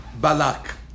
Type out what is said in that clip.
Balak